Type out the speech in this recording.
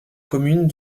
communes